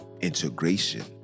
integration